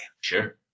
Sure